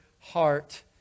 heart